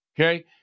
okay